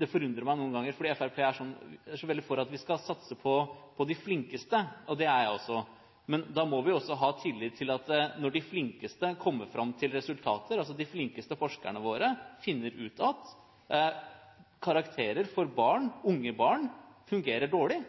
Det forundrer meg noen ganger, for Fremskrittspartiet er veldig for at vi skal satse på de flinkeste, og det er jeg også, men da må vi også ha tillit til resultatene de flinkeste kommer fram til. Når altså de flinkeste forskerne våre finner ut at karakterer for barn – unge barn – fungerer dårlig,